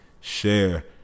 share